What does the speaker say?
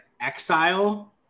exile